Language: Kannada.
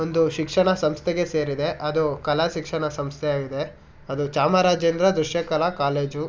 ಒಂದು ಶಿಕ್ಷಣ ಸಂಸ್ಥೆಗೆ ಸೇರಿದೆ ಅದು ಕಲಾ ಶಿಕ್ಷಣ ಸಂಸ್ಥೆಯಾಗಿದೆ ಅದು ಚಾಮರಾಜೇಂದ್ರ ದೃಶ್ಯ ಕಲಾ ಕಾಲೇಜು